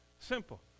Simple